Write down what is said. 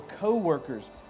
co-workers